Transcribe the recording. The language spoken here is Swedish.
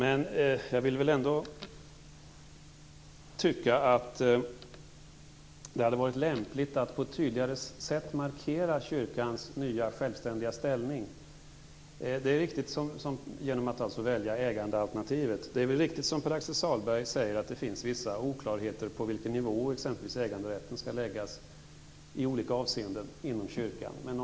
Jag kan ändå tycka att det hade varit lämpligt att på ett tydligare sätt markera kyrkans nya självständiga ställning genom att välja äganderättsalternativet. Det är riktigt som Pär-Axel Sahlberg säger att det finns vissa oklarheter på vilken nivå exempelvis äganderätten skall läggas i olika avseenden inom kyrkan.